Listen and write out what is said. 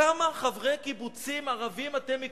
כמה חברי קיבוצים ערבים אתם מכירים?